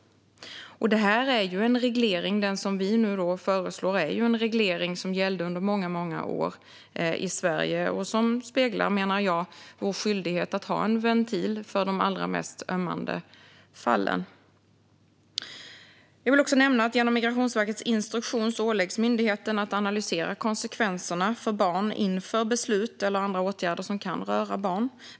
Den reglering vi föreslår gällde under många år i Sverige, och jag menar att den speglar vår skyldighet att ha en ventil för de allra mest ömmande fallen. Låt mig också nämna att genom Migrationsverkets instruktion åläggs myndigheten att analysera konsekvenserna för barn inför beslut eller andra åtgärder som kan röra barn.